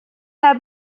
herr